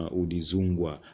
udizungwa